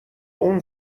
اون